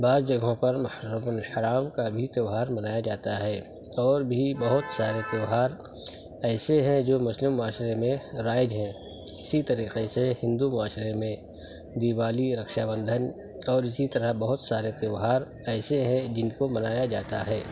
بعض جگہوں پر محرم الحرام کا بھی تیوہار منایا جاتا ہے اور بھی بہت سارے تیوہار ایسے ہیں جو مسلم معاشرے میں رائج ہیں اسی طریقے سے ہندو معاشرے میں دیوالی رکشا بندھن اور اسی طرح بہت سارے تیوہار ایسے ہیں جن کو منایا جاتا ہے